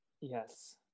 Yes